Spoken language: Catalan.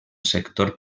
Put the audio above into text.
sector